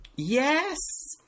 Yes